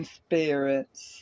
spirits